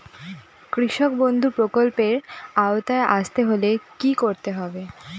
কৃষকবন্ধু প্রকল্প এর আওতায় আসতে হলে কি করতে হবে?